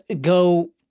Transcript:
go